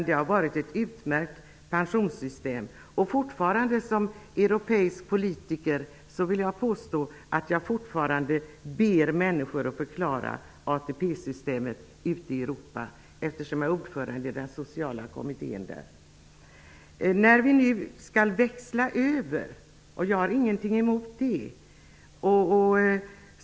Det har varit ett utmärkt pensionssystem. Fortfarande, som europeisk politiker, vill jag påstå att jag ber människor att förklara ATP-systemet ute i Europa, eftersom jag är ordförande i den sociala kommittén. Jag har ingenting emot att vi nu skall växla över.